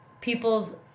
people's